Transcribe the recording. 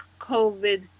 covid